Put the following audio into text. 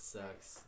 sucks